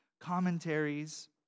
commentaries